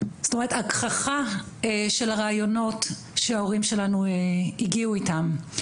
זאת אומרת הגחכה של הרעיונות שההורים שלנו הגיעו איתם.